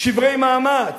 שברי מאמץ.